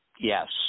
Yes